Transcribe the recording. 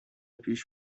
پیش